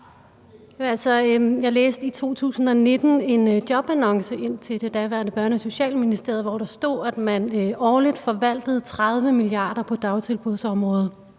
Jeg læste i 2019 en jobannonce fra det daværende Børne- og Socialministeriet, hvor der stod, at man årligt forvaltede 30 mia. kr. på dagtilbudsområdet